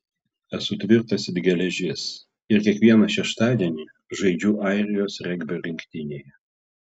esu tvirtas it geležis ir kiekvieną šeštadienį žaidžiu airijos regbio rinktinėje